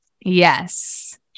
Yes